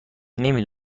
نمی